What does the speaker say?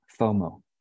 FOMO